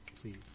please